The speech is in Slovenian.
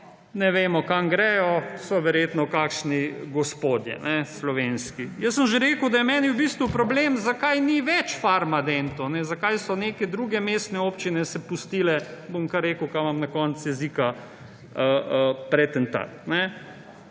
ne vemo, kam gredo. So verjetno kakšni slovenski gospodje. Jaz sem že rekel, da je meni v bistvu problem, zakaj ni več farmadentov, zakaj so se neke druge mestne občine pustile, bom kar rekel, kar imam na koncu jezika, pretentati.